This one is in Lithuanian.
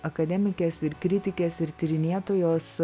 akademikės ir kritikės ir tyrinėtojos